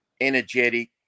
energetic